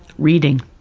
reading.